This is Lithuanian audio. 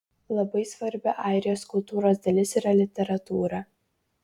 labai svarbi airijos kultūros dalis yra literatūra